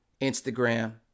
Instagram